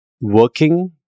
working